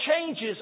changes